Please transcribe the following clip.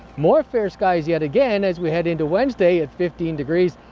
more fair skies yet again as we head into wednesday at fifteen degrees.